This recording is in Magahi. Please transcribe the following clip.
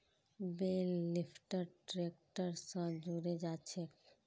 बेल लिफ्टर ट्रैक्टर स जुड़े जाछेक